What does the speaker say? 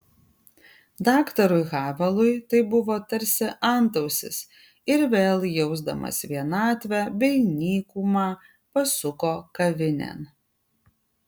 daktarui havelui tai buvo tarsi antausis ir vėl jausdamas vienatvę bei nykumą pasuko kavinėn